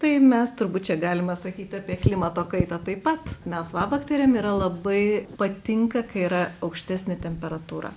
tai mes turbūt čia galima sakyt apie klimato kaitą taip pat melsvabakterėm yra labai patinka kai yra aukštesnė temperatūra